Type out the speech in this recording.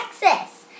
Texas